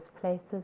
places